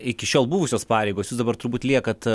iki šiol buvusios pareigos jūs dabar turbūt liekat